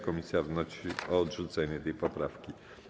Komisja wnosi o odrzucenie tej poprawki.